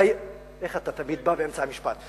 איך אתה תמיד בא באמצע המשפט?